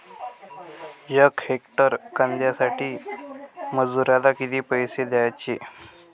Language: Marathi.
यक हेक्टर कांद्यासाठी मजूराले किती पैसे द्याचे?